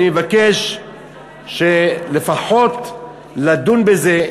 אני אבקש לפחות לדון בזה.